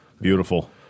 Beautiful